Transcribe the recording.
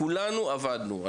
כולנו עבדנו,